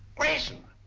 grayson!